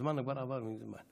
הזמן כבר עבר מזמן.